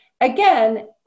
again